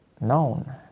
known